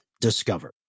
Discover